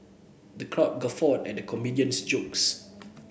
the crowd guffawed at the comedian's jokes